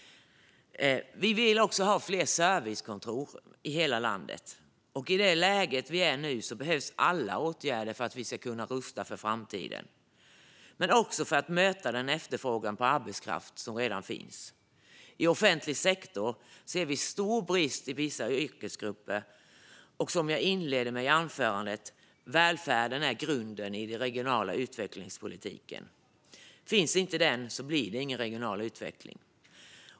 Vi vill också ha fler servicekontor i hela landet. I det läge vi är i nu behövs alla åtgärder för att vi ska kunna rusta inför framtiden men också för att möta den efterfrågan på arbetskraft som redan finns. I offentlig sektor ser vi en stor brist på vissa yrkesgrupper, och som jag inledde mitt anförande med: Välfärden är grunden i den regionala utvecklingspolitiken. Finns inte den blir det ingen regional utveckling.